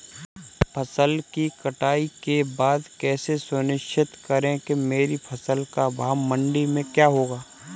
फसल की कटाई के बाद कैसे सुनिश्चित करें कि मेरी फसल का भाव मंडी में क्या होगा?